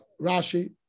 Rashi